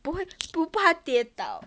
不会不怕跌倒